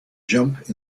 jump